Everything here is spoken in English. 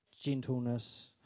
gentleness